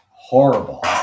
horrible